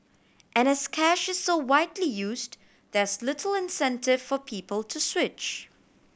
and as cash is so widely used there's little incentive for people to switch